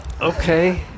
Okay